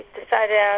decided